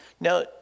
Now